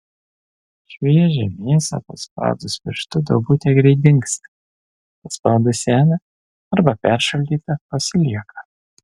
šviežią mėsą paspaudus pirštu duobutė greit dingsta paspaudus seną arba peršaldytą pasilieka